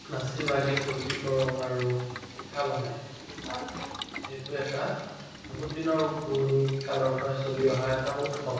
নাচি বাগি ফূৰ্তি কৰোঁ আৰু পিঠা বনায় তাত এইটো এটা বহুত দিনৰ পুৰণি কালৰ পৰাই চলি অহা এটা উৎসৱ